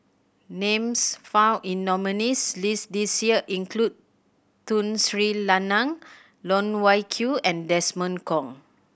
names found in nominees' list this year include Tun Sri Lanang Loh Wai Kiew and Desmond Kon